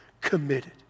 committed